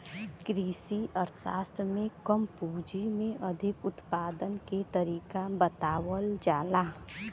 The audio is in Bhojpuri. कृषि अर्थशास्त्र में कम पूंजी में अधिक उत्पादन के तरीका बतावल जाला